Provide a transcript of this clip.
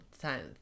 times